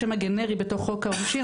זה השם הגנרי בתוך חוק העונשין,